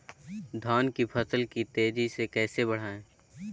धान की फसल के तेजी से कैसे बढ़ाएं?